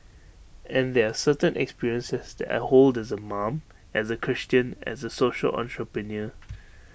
and there are certain experiences that I hold as A mom as A Christian as A social entrepreneur